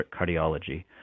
cardiology